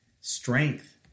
strength